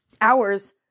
hours